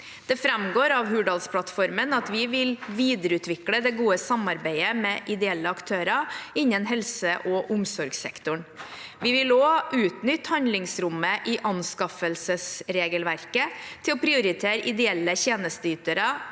Det framgår av Hurdalsplattformen at vi vil videreutvikle det gode samarbeidet med ideelle aktører innen helse- og omsorgssektoren. Vi vil også utnytte handlingsrommet i anskaffelsesregelverket til å prioritere ideelle tjenesteytere